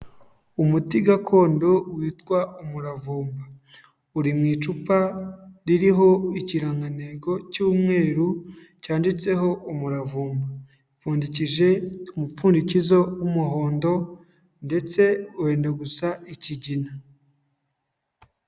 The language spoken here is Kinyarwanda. Umuti gakondo witwa umuravumba, uri mu icupa ririho ikirangantego cy'umweru cyanditseho umuravumba, upfundikije umupfundikizo w'umuhondo ndetse wenda gusa ikigina.